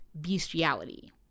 bestiality